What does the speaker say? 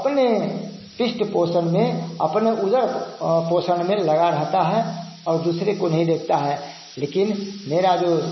अपने पिष्ट पोषण में अपने उलर्व पोषण में लगा रहता है और दूसरे को नहीं देखता है लेकिन मेरा जो